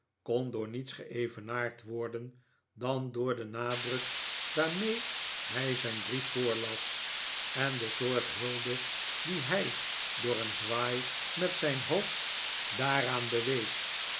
kon door niets geevenaard worden dan door den nadruk waarmee hij zijn brief voorlas en de soort hulde die hij door een zwaai met zijn hoofd daaraan bewees